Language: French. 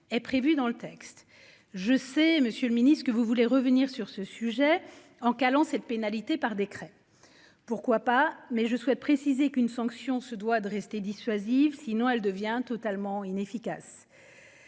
est prévue dans le texte. Je sais, Monsieur le Ministre, que vous voulez revenir sur ce sujet en calant cette pénalité par décret. Pourquoi pas, mais je souhaite préciser qu'une sanction se doit de rester dissuasive, sinon, elle devient totalement inefficace.